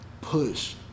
push